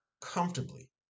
comfortably